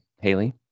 Haley